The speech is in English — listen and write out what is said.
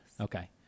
Okay